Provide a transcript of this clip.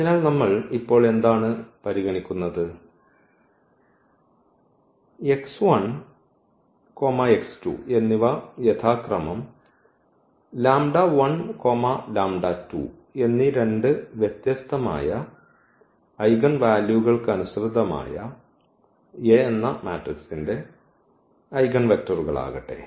അതിനാൽ നമ്മൾ ഇപ്പോൾ എന്താണ് പരിഗണിക്കുന്നത് എന്നിവ യഥാക്രമം എന്നീ രണ്ട് വ്യത്യസ്തമായ ഐഗൻ വാല്യൂകൾക്കനുസൃതമായ A യുടെ ഐഗൻവെക്റ്ററുകളാകട്ടെ